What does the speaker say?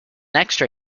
extra